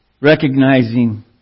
recognizing